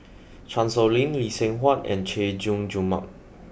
Chan Sow Lin Lee Seng Huat and Chay Jung Jun Mark